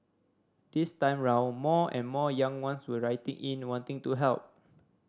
this time round more and more young ones were writing in wanting to help